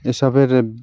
এ সবের